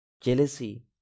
jealousy